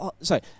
Sorry